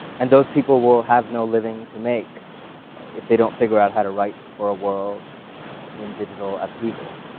and those people will have no living to make if they don't figure out how to write for a world in digital upheaval.